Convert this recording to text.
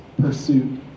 pursuit